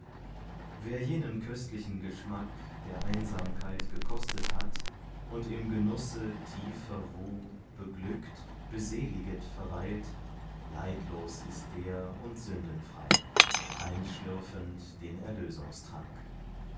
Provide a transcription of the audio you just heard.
wer jenen köstlichen geschmack der einsamkeit gekostet hat und im genusse tiefer ruh beglückt beseliget verweilt leidlos ist der und sündenfrei einschlürfend den erlösungstrank